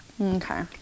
Okay